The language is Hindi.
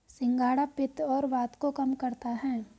सिंघाड़ा पित्त और वात को कम करता है